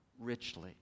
richly